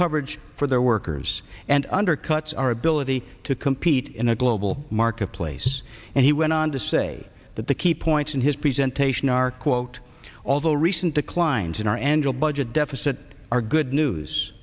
coverage for their workers and undercuts our ability to compete in a global marketplace and he went on to say that the key points in his present taishan are quote although recent declines in our annual budget deficit are good news